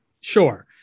Sure